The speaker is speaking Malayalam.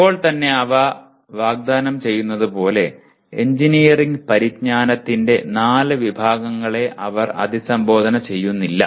ഇപ്പോൾ തന്നെ അവ വാഗ്ദാനം ചെയ്യുന്നതുപോലെ എഞ്ചിനീയറിംഗ് പരിജ്ഞാനത്തിന്റെ നാല് വിഭാഗങ്ങളെ അവർ അഭിസംബോധന ചെയ്യുന്നില്ല